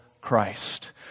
Christ